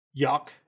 yuck